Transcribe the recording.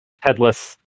headless